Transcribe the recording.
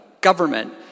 government